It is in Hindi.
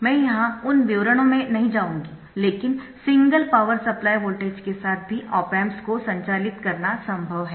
मैं यहां उन विवरणों में नहीं जाऊंगी लेकिन सिंगल पावर सप्लाई वोल्टेज के साथ भी ऑप एम्प्स को संचालित करना संभव है